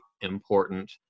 important